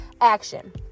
action